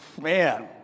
Man